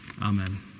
Amen